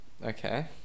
Okay